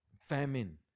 famine